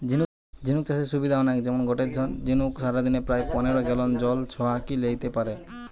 ঝিনুক চাষের সুবিধা অনেক যেমন গটে ঝিনুক সারাদিনে প্রায় পনের গ্যালন জল ছহাকি লেইতে পারে